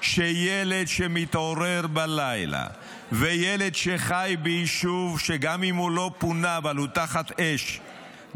שילד שמתעורר בלילה וילד שחי ביישוב שגם אם הוא לא פונה אבל הוא תחת אש,